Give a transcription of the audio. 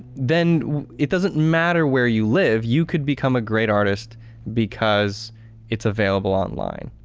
then it doesn't matter where you live, you could become a great artist because it's available online.